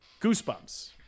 goosebumps